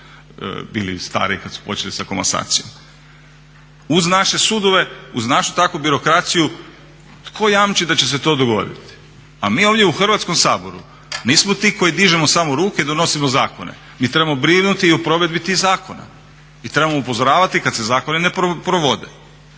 bili stariji kad su počeli sa komasacijom. Uz naše sudove, uz našu takvu birokraciju tko jamči da će se to dogoditi? A mi ovdje u Hrvatskom saboru nismo ti koji dižemo samo ruke, donosimo zakone. Mi trebamo brinuti o provedbi tih zakona i trebamo upozoravati kad se zakoni ne provode.